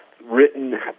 written